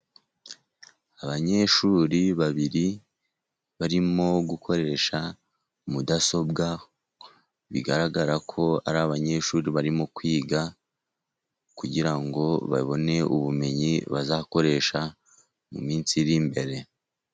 Abanyeshuri babiri barimo gukoresha mudasobwa, bigaragara ko ari abanyeshuri barimo kwiga, kugira ngo babone ubumenyi bazakoresha mu minsi iri imbere.